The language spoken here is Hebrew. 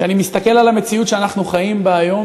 כשאני מסתכל על המציאות שאנחנו חיים בה היום,